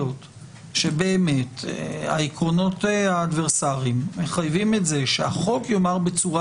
שבאמת העקרונות האדברסריים מחייבים את זה שהחוק יאמר בצורה